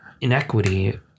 inequity